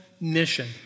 mission